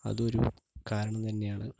അത് ഒരു കാരണം തന്നെയാണ്